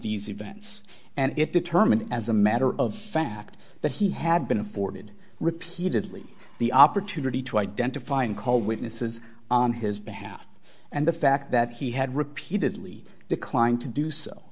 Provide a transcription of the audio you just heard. these events and it determined as a matter of fact that he had been afforded repeatedly the opportunity to identify and call witnesses on his behalf and the fact that he had repeatedly declined to do so